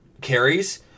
carries